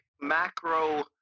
macro